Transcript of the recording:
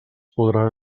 podrà